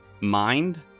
mind